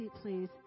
Please